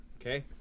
Okay